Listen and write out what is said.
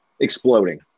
exploding